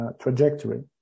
trajectory